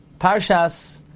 parshas